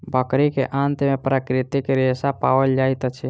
बकरी के आंत में प्राकृतिक रेशा पाओल जाइत अछि